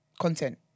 content